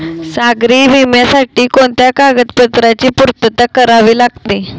सागरी विम्यासाठी कोणत्या कागदपत्रांची पूर्तता करावी लागते?